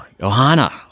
Johanna